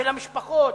של המשפחות,